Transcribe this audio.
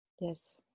yes